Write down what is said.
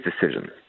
decision